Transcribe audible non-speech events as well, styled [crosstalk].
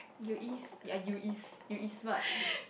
you is ya you is what [breath]